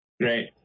Great